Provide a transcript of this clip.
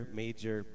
major